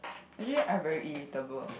actually I very irritable